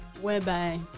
whereby